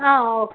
ஆ okay